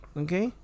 okay